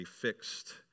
fixed